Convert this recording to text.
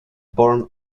born